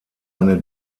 eine